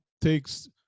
takes